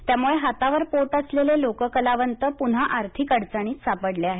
त्यामुळे हातावर पोट असलेले लोककलावंत पुन्हा आर्थिक अडचणीत सापडले आहेत